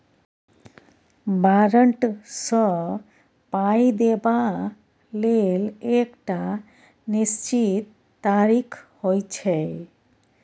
बारंट सँ पाइ देबा लेल एकटा निश्चित तारीख होइ छै